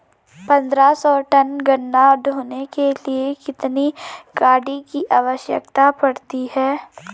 पन्द्रह सौ टन गन्ना ढोने के लिए कितनी गाड़ी की आवश्यकता पड़ती है?